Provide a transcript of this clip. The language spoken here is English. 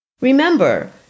Remember